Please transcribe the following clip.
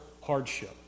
hardship